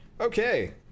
okay